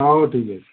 ହଉ ଠିକ୍ ଅଛି